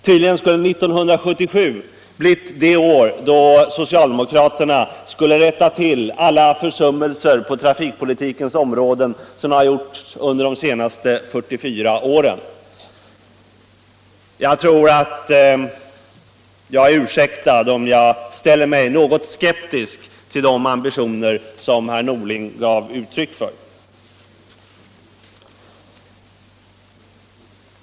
Tydligen skulle 1977 ha blivit det år då socialdemokraterna skulle rätta till alla försummelser på trafikpolitikens område som har gjorts under de scnaste 44 åren. Jag tror att jag är ursäktad om jag ställer mig något skeptisk till de ambitioner som herr Norling gav uttryck för.